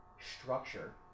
structure